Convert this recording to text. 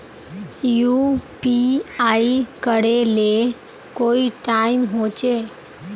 UPI करे ले कोई टाइम होचे?